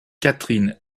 catherine